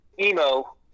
emo